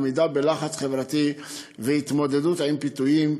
עמידה בלחץ חברתי והתמודדות עם פיתויים,